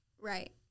Right